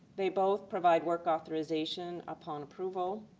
they both provide work authorization upon approval,